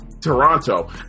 Toronto